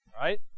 Right